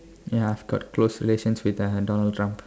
ya I've got close relations with uh Donald Trump